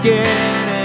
Again